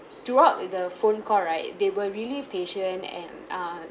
throughout with the phone call right they were really patient and uh